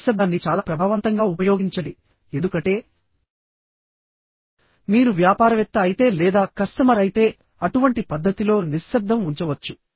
నిశ్శబ్దాన్ని చాలా ప్రభావవంతంగా ఉపయోగించండి ఎందుకంటే మీరు వ్యాపారవేత్త అయితే లేదా కస్టమర్ అయితే అటువంటి పద్ధతిలో నిశ్శబ్దం ఉంచవచ్చు